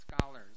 scholars